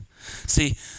See